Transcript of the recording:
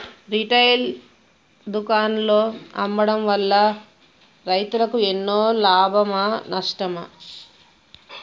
Retail దుకాణాల్లో అమ్మడం వల్ల రైతులకు ఎన్నో లాభమా నష్టమా?